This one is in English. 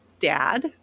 dad